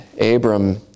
Abram